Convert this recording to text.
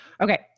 okay